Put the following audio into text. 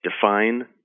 define